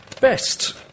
best